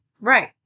Right